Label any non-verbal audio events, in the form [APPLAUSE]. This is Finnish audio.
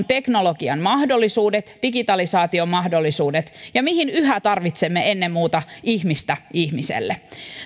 [UNINTELLIGIBLE] teknologian mahdollisuudet digitalisaation mahdollisuudet ja mihin yhä tarvitsemme ennen muuta ihmistä ihmiselle